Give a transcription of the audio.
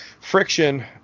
friction